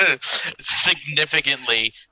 Significantly